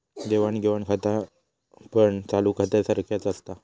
देवाण घेवाण खातापण चालू खात्यासारख्याच असता